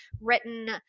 written